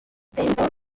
tempo